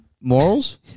Morals